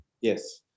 Yes